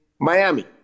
Miami